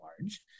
large